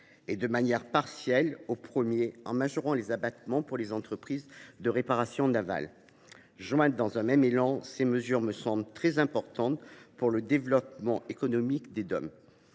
et de manière partielle au premier, en majorant les abattements pour les entreprises de réparation navale. Jointes dans un même élan, ces mesures me semblent très importantes pour le développement économique des